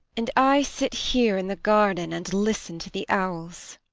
and i sit here in the garden and listen to the owls.